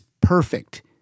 perfect